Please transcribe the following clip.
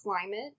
climate